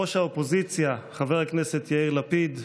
ראש האופוזיציה חבר הכנסת יאיר לפיד,